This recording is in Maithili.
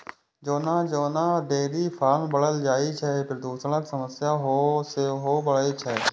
जेना जेना डेयरी फार्म बढ़ल जाइ छै, प्रदूषणक समस्या सेहो बढ़ै छै